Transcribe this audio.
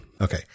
Okay